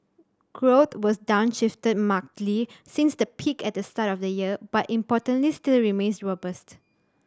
growth was downshifted markedly since the peak at the start of the year but importantly still remains robust